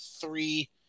three